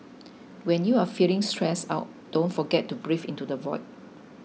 when you are feeling stressed out don't forget to breathe into the void